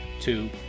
two